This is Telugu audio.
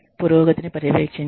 పురోగతిని పర్యవేక్షించండి